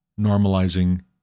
normalizing